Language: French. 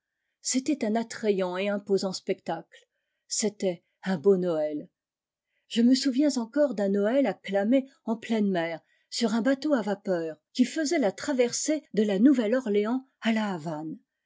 c'était un attrayant et imposant spectacle c'était un beau noël je me souviens encore d un noël acclamé en pleine mer sur un bateau à vapeur qui faisait la traversée de la nouvelle-orléans à la havane